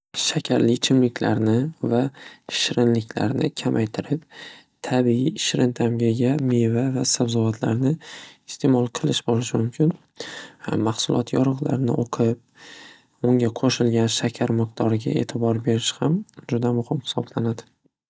Shakarli ichimliklarni va shirinliklarni kamaytirib tabiiy shirin ta'mga ega meva va sabzavotlarni iste'mol qilish bo'lishi mumkin. Mahsulot yorug'larini o'qib unga qo'shilgan shakar miqdoriga e'tibor berish ham juda muhim hisoblanadi.